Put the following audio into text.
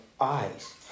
eyes